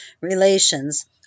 relations